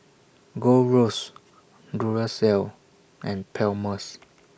Gold Roast Duracell and Palmer's